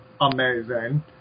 amazing